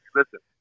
Listen